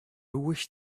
wish